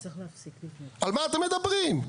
על מה אתם מדברים?